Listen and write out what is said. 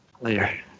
Later